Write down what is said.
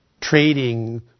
trading